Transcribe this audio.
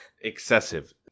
excessive